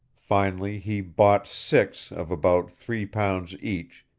finally he bought six of about three pounds each,